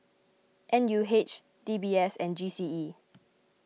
N U H D B S and G C E